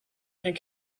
and